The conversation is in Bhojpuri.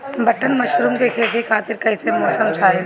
बटन मशरूम के खेती खातिर कईसे मौसम चाहिला?